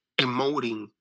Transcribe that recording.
emoting